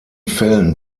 fällen